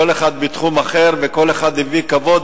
כל אחד בתחום אחר, וכל אחד הביא כבוד